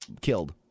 killed